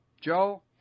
Joe